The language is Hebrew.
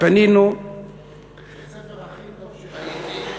בית-הספר הכי טוב שראיתי,